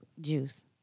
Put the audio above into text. juice